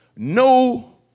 No